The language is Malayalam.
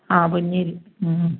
ആ പൊന്നി അരി